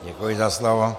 Děkuji za slovo.